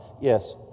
Yes